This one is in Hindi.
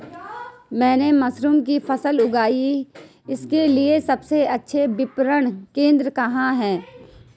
मैंने मशरूम की फसल उगाई इसके लिये सबसे अच्छा विपणन केंद्र कहाँ है?